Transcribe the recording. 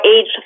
age